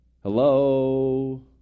Hello